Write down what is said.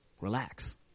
relax